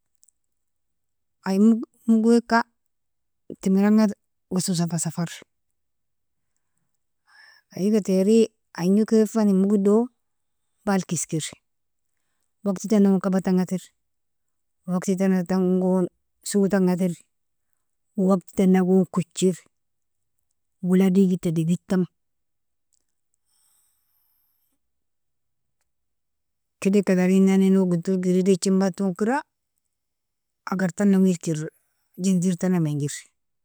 Ayi mug mugweka temer'anga wesosa fa safarr, fa ighatairi ayin juu kirefan in mugido balk iskir, waqtitana gon kabatanga tir, waqtitana gon suu tanga tir, waqtitana gon kuchir, wala digitta degitam. Kedeka tarinnani no'gintul girdechen baton kira agartana widkir ginziritana menjir.